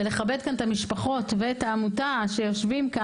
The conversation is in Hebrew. ולכבד את המשפחות ואת העמותה שיושבים פה